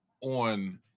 on